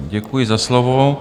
Děkuji za slovo.